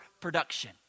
production